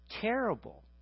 terrible